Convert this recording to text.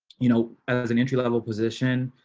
you know as an entry level position,